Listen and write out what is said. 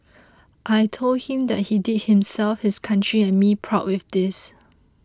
I told him that he did himself his country and me proud with this